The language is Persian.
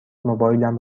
موبایلم